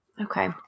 Okay